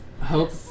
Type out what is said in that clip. Hope